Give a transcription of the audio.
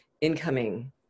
incoming